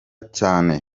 cyane